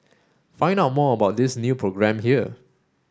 find out more about this new programme here